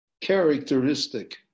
characteristic